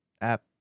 app